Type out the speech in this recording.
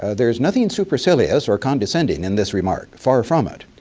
ah there is nothing supercilious or condescending in this remark, far from it.